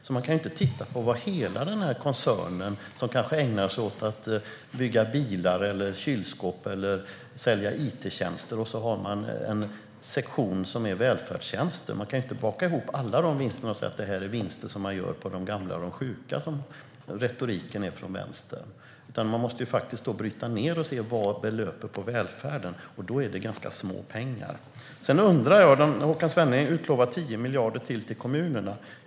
Man kan alltså inte titta på hela koncernen, som kanske ägnar sig åt att bygga bilar eller kylskåp eller sälja it-tjänster och har en sektion för välfärdstjänster. Man kan inte baka ihop alla de vinsterna och säga att det är vinster som görs på de gamla och de sjuka, som vänstern gör i sin retorik. Man måste faktiskt bryta ned det och se vad välfärden belöper sig på, och då ser man att det är ganska lite pengar. Håkan Svenneling utlovar ytterligare 10 miljarder till kommunerna.